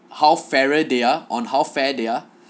how fairer they are on how fair they are